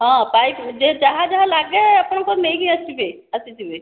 ହଁ ପାଇପ୍ ଯେ ଯାହା ଯାହା ଲାଗେ ଆପଣଙ୍କ ନେଇକି ଆସିବେ ଆସିଥିବେ